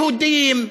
יהודים,